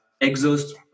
exhaust